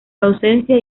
docencia